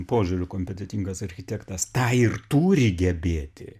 požiūriu kompetentingas architektas tą ir turi gebėti